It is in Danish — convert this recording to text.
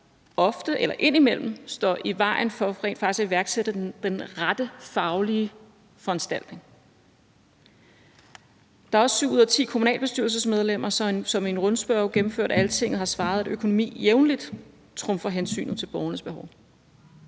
ofte eller indimellem står i vejen for rent faktisk at iværksætte den rette faglige foranstaltning. Der er også syv ud af ti kommunalbestyrelsesmedlemmer, som i en rundspørge gennemført af Altinget har svaret, at økonomi jævnligt trumfer hensynet til borgernes behov.